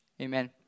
Amen